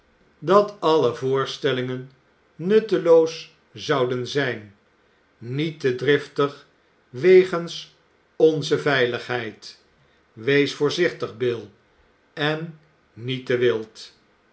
dat alle voorstellingen nutteloos zouden zijn niet te driftig wegens onze veiligheid wees voorzichtig bill en niet te wild